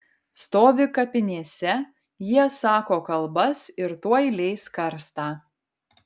stovi kapinėse jie sako kalbas ir tuoj leis karstą